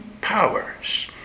powers